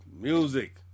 music